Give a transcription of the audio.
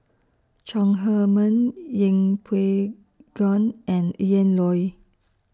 Chong Heman Yeng Pway Ngon and Ian Loy